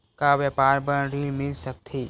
का व्यापार बर ऋण मिल सकथे?